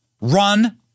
run